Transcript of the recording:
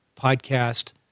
podcast